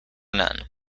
none